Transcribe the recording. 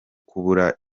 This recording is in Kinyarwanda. kubura